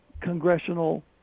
congressional